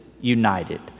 united